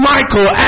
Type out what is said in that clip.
Michael